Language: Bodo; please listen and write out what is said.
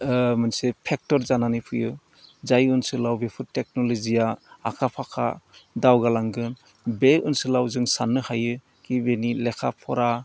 मोनसे फेक्ट'र जानानै फैयो जाय ओनसोलाव बेफोर टेक्नल'जिया आखा फाखा दावगालांगोन बे ओनसोलाव जों साननो हायो कि बेनि लेखा फरा